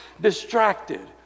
distracted